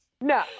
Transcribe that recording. no